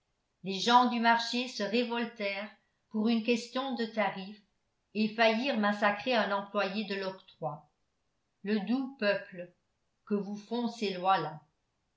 les gens du marché se révoltèrent pour une question de tarif et faillirent massacrer un employé de l'octroi le doux peuple que vous font ces